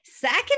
Second